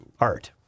Art